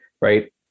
Right